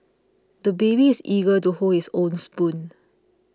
the baby is eager to hold his own spoon